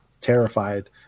terrified